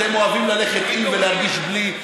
אתם אוהבים ללכת עם ולהרגיש בלי.